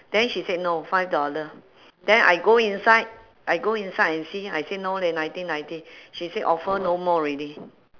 then she said no five dollar then I go inside I go inside and see I said no leh nineteen ninety she said offer no more already